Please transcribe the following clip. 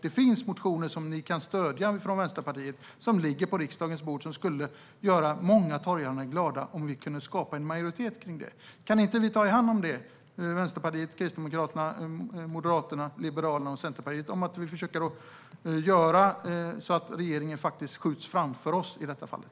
Det finns motioner som ligger på riksdagens bord och som Vänsterpartiet kan stödja. Det skulle göra många torghandlare glada om vi kunde skapa en majoritet kring dessa. Kan inte vi - Vänsterpartiet, Kristdemokraterna, Moderaterna, Liberalerna och Centerpartiet - ta i hand om att försöka göra så att regeringen skjuts framför oss i det här fallet?